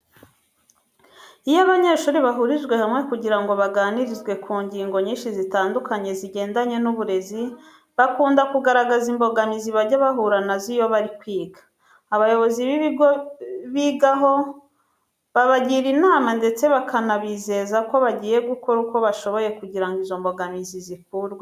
Iyo abanyeshuri bahurijwe hamwe kugira ngo baganirizwe ku ngingo nyinshi zitandukanye zigendanye n'uburezi, bakunda kugaragaza imbogamizi bajya bahura na zo iyo bari kwiga. Abayobozi b'ibigo bigaho babagira inama ndetse bakanabizeza ko bagiye gukora uko bashoboye kugira ngo izo mbogamizi zikurweho.